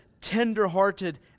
tenderhearted